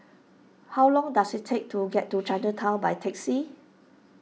how long does it take to get to Chinatown by taxi